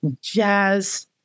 jazz